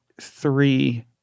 three